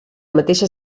mateixa